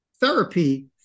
Therapy